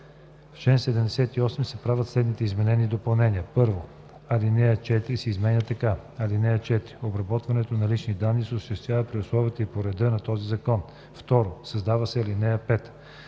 чл. 78 се правят следните изменения и допълнения: 1. Алинея 4 се изменя така: „(4) Обработването на лични данни се осъществява при условията и по реда на този закон.“ 2. Създава се ал. 5: